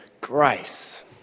grace